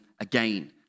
again